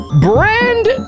brand